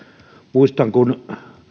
muistan kun